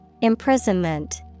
Imprisonment